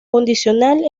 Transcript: condicional